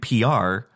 PR